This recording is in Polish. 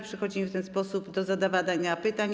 Przechodzimy w ten sposób do zadawania pytań.